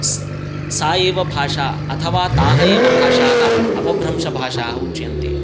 सा एव भाषा अथवा ताः एव भाषाः अपभ्रंशभाषाः उच्यन्ते